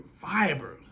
fiber